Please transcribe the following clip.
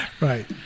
Right